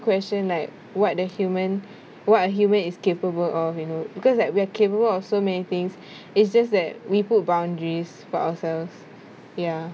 question like what the human what human is capable of you know because like we are capable of so many things it's just that we put boundaries for ourselves ya